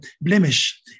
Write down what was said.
blemish